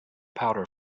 powder